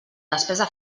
despesa